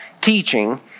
teaching